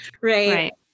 Right